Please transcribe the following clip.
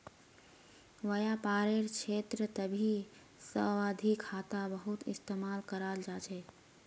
व्यापारेर क्षेत्रतभी सावधि खाता बहुत इस्तेमाल कराल जा छे